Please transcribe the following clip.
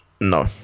no